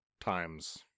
times